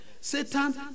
Satan